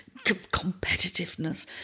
competitiveness